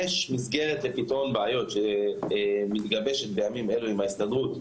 יש מסגרת לפתרון בעיות שמתגבשת בימים אלו עם ההסתדרות,